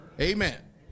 Amen